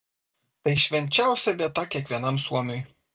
tai švenčiausia vieta kiekvienam suomiui